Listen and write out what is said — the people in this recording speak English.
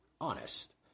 honest